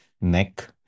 neck